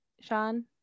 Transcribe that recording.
sean